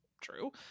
true